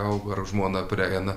auga ar žmona prieina